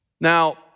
Now